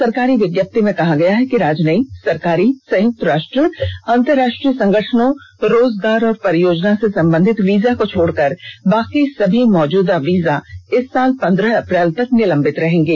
सरकारी विज्ञप्ति में कहा गया है कि राजनयिक सरकारी संयुक्त राष्ट्र अंतर्राष्ट्रीय संगठनों रोजगार और परियोजना से संबंधित वीजा को छोड़कर बाकी सभी मौजूदा वीजा इस साल पंद्रह अप्रैल तक निलंबित रहेंगे